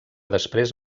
després